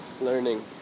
learning